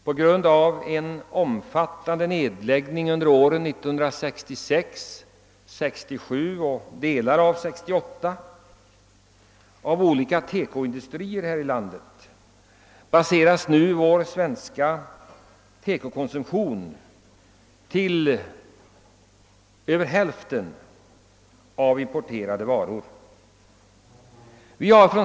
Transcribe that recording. På grund av en omfattande nedläggning under 1966, 1967 och delar av 1968 av olika TEKO-industrier här i landet baseras nu vår svenska TEKO-konsumtion till över hälften på importerade varor.